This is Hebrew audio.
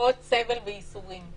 עוד סבל וייסורים.